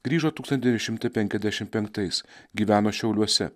grįžo tūkstantis devyni šimtai penkiasdešimt penktais gyveno šiauliuose